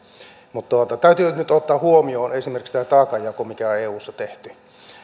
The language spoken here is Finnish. vaatii mutta täytyy nyt nyt ottaa huomioon esimerkiksi tämä taakanjako mikä on eussa tehty